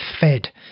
fed